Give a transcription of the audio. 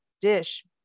dish